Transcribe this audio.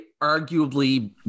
arguably